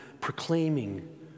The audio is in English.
proclaiming